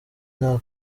nta